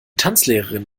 tanzlehrerin